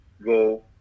go